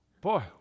Boy